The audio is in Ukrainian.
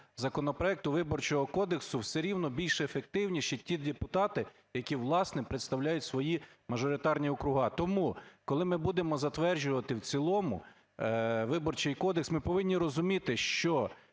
законопроекту, Виборчого кодексу, все рівно більш ефективніші ті депутати, які, власне, представляють свої мажоритарні округи. Тому, коли ми будемо затверджувати в цілому Виборчий кодекс, ми повинні розуміти, що